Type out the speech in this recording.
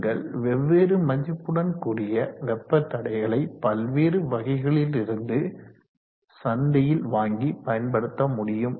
நீங்கள் வெவ்வேறு மதிப்புடன் கூடிய வெப்ப தடைகளை பல்வேறு வகைகளிலிருந்து சந்தையில் வாங்கி பயன்படுத்த முடியும்